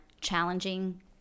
challenging